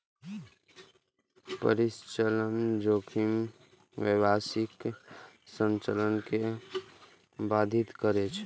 परिचालन जोखिम व्यावसायिक संचालन कें बाधित करै छै